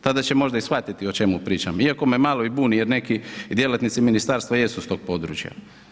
Tada će možda i shvatiti o čemu pričam iako me malo i buni jer neki djelatnici ministarstva jesu iz tog područja.